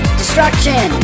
destruction